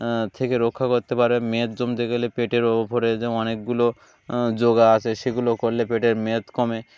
থেকে রক্ষা করতে পারে মেদ জমতে গেলে পেটের ওপরে যে অনেকগুলো যোগা আছে সেগুলো করলে পেটের মেদ কমে